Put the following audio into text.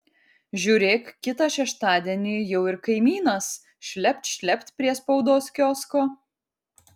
žiūrėk kitą šeštadienį jau ir kaimynas šlept šlept prie spaudos kiosko